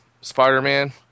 Spider-Man